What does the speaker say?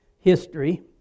history